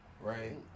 Right